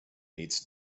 meets